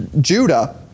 Judah